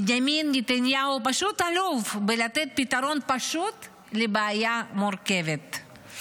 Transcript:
בנימין נתניהו פשוט אלוף בלתת פתרון פשוט לבעיה מורכבת.